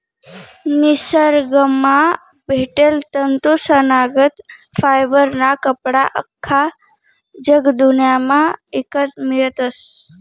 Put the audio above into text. निसरगंमा भेटेल तंतूसनागत फायबरना कपडा आख्खा जगदुन्यामा ईकत मियतस